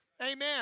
Amen